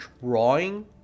drawing